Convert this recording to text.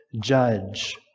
judge